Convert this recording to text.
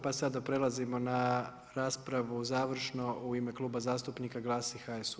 Pa sada prelazimo na raspravu završno u ime Kluba zastupnika GLAS i HSU.